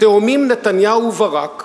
התאומים נתניהו וברק,